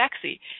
sexy